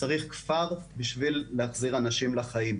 צריך כפר בשביל להחזיר אנשים לחיים.